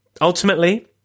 Ultimately